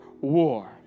War